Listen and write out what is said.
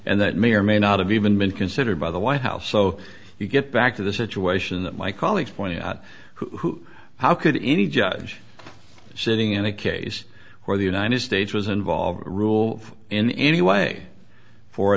and that may or may not have even been considered by the white house so you get back to the situation that my colleagues pointed out who how could any judge sitting in a case where the united states was involved rule in any way for a